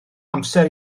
amser